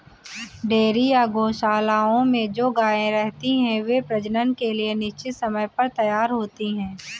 dairy या गोशालाओं में जो गायें रहती हैं, वे प्रजनन के लिए निश्चित समय पर तैयार होती हैं